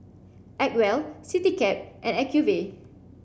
Acwell Citycab and Acuvue